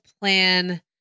plan